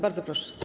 Bardzo proszę.